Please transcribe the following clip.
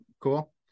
cool